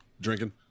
drinking